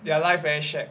their life very shag